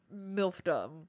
milfdom